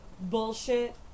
bullshit